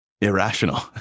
irrational